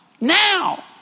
Now